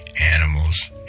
animals